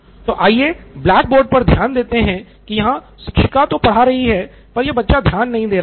तो आइए blackboard पर ध्यान देते है की यहाँ शिक्षिका तो पढ़ा रहीं है पर यह बच्चा ध्यान नहीं दे रहा है